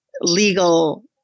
legal